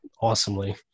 awesomely